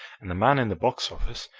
and the man in the box office,